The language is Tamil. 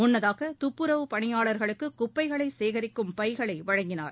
முன்னதாக துப்புரவுப் பணியாளர்களுக்கு குப்பைகளை சேகரிக்கும் பைகளை வழங்கினார்